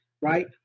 right